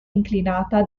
inclinata